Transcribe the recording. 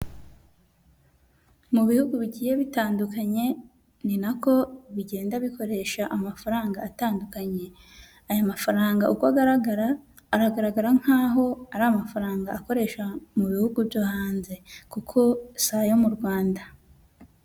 Mu bihugu bigiye bitandukanye ni nako bigenda bikoresha amafaranga atandukanye, aya mafaranga uko agaragara, aragaragara nk'aho ari amafaranga akoresha mu bihugu byo hanze, kuko si ayo mu Rwanda.